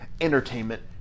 Entertainment